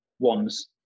one's